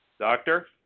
doctor